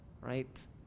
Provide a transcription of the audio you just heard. right